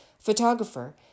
photographer